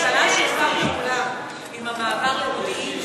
הממשלה שיתפה פעולה עם המעבר למודיעין,